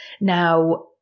Now